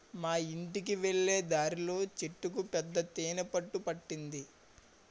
మా యింటికి వెళ్ళే దారిలో చెట్టుకు పెద్ద తేనె పట్టు పట్టింది